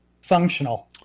functional